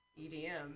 EDM